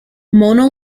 mono